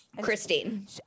christine